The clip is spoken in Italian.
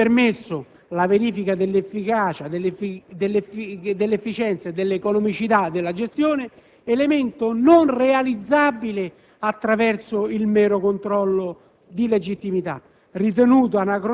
Tale strumento avrebbe permesso la verifica dell'efficacia, dell'efficienza e dell'economicità della gestione, elemento questo non realizzabile attraverso il mero controllo di